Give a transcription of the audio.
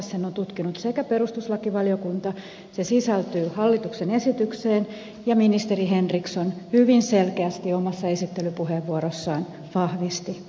sen on tutkinut perustuslakivaliokunta se sisältyy hallituksen esitykseen ja ministeri henriksson hyvin selkeästi omassa esittelypuheenvuorossaan vahvisti tämän